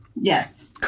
Yes